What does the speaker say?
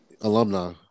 alumni